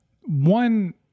One